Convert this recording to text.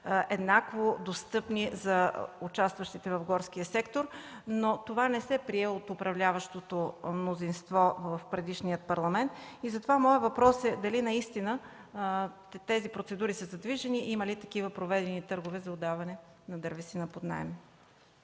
еднакво достъпни за участващите в горския сектор, но това не се прие от управляващото мнозинство в предишния парламент. Затова въпросът ми е: дали наистина тези процедури са задвижени и има ли такива проведени търгове за отдаване на дървесина под наем?